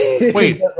Wait